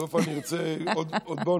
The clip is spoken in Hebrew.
בסוף אני ארצה עוד בונוס.